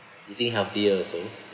eating healthier also